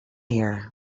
here